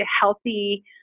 healthy